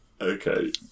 Okay